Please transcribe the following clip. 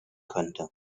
könnte